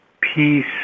peace